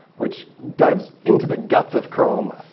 which dives into the guts of chrome,